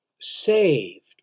saved